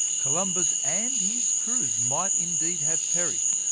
columbus and his crews might indeed have perished,